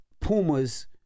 Pumas